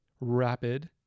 rapid